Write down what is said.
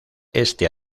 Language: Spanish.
este